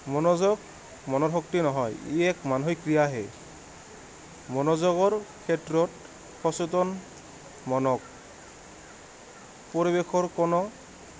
মনোযোগ মনৰ শক্তি নহয় ই এক মানুহিক ক্ৰীড়াহে মনোযোগৰ ক্ষেত্ৰত সচেতন মনক পৰিৱেশৰ কোনো